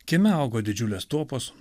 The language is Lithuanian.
kieme augo didžiulės tuopos